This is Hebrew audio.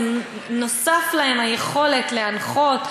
נוספה להם היכולת להנחות,